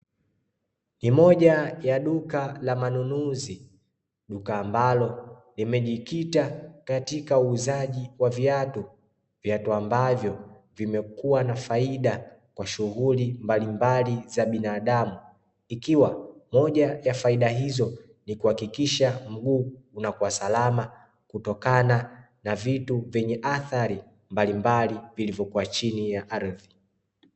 Ni moja ya duka la manunuzi duka ambalo limejikita katika uuzaji wa viatu, viatu ambavyo vimekuwa na faida kwa shughuli mbalimbali za binadamu, ikiwa moja ya faida hizo ni kuhakikisha mguu unakuwa salama kutokana na vitu vyenye athari mbalimbali vilivyokuwa chini ya ardhi.